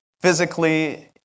physically